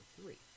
three